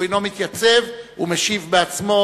שהוא איננו מתייצב ומשיב בעצמו,